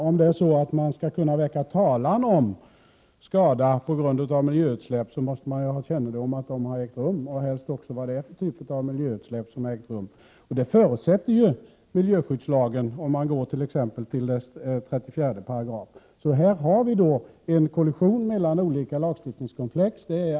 Fru talman! Om man skall kunna väcka talan beträffande skada på grund av miljöutsläpp, måste man ju känna till att sådana har ägt rum och helst också veta vad det är för typ av utsläpp som har skett. Detta förutsätts ju i miljöskyddslagen, det framgår t.ex. i 34 §. Det är alldeles uppenbart att det här alltså blir en kollision mellan olika lagstiftningskomplex.